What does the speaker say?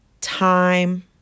time